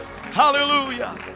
Hallelujah